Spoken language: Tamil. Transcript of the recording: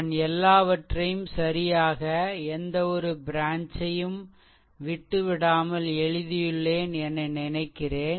நான் எல்லாவற்றையும் சரியாக எந்த ஒரு ப்ரான்ச் ம் விட்டு விடாமல் எழுதியுள்ளேன் என நினைக்கிறேன்